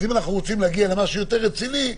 אז אם אנחנו רוצים להגיע למשהו יותר רציני,